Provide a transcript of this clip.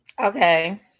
Okay